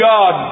God